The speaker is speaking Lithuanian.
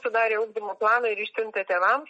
sudarė ugdymo planą ir išsiuntė tėvams